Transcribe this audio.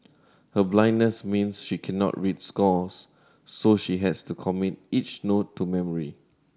her blindness means she cannot read scores so she has to commit each note to memory